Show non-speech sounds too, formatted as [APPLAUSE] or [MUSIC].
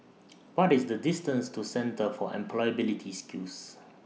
[NOISE] What IS The distance to Centre For Employability Skills